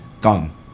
gone